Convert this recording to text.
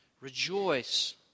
rejoice